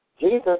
Jesus